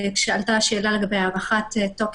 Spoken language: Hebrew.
לאחר ששוכנע כי אין דרך לקיים את הדיונים